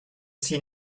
see